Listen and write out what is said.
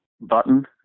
button